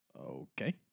Okay